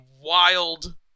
wild